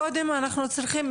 קודם אנחנו צריכים,